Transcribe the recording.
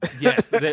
Yes